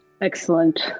Excellent